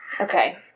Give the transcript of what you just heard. Okay